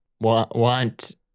want